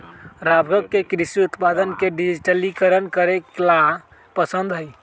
राघव के कृषि उत्पादक के डिजिटलीकरण करे ला पसंद हई